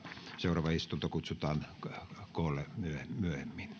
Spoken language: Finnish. seuraava istunto kutsutaan koolle myöhemmin